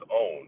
own